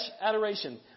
adoration